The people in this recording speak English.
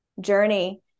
journey